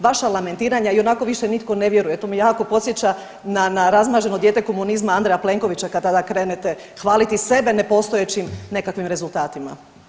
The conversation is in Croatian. Vaša lamentiranja ionako više nitko ne vjeruje, to me jako podsjeća na, na razmaženo dijete komunizma Andreja Plenkovića kada krenete hvaliti sebe nepostojećim nekakvim rezultatima.